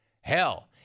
Hell